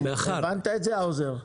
הבנת את זה, האוזר?